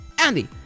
Andy